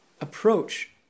approach